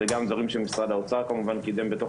אלה גם דברים שמשרד האוצר קידם בתוך